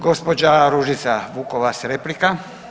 Gospođa Ružica Vukovac replika.